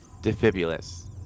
Defibulous